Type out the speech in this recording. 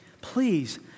please